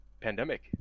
pandemic